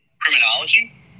Criminology